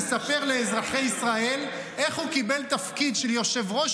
לספר לאזרחי ישראל איך הוא קיבל תפקיד של יושב-ראש